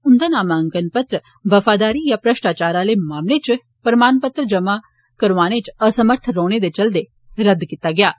उंदा नामांकन वफादारी या म्रश्टाचार आले मामले इच प्रमाणपत्र जमा करोआने इच असमर्थ रौहने दे चलदे रद्द कीता गेआ हा